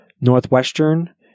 Northwestern